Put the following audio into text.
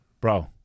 Bro